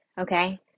okay